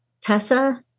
Tessa